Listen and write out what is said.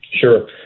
Sure